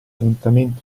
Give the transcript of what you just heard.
lentamente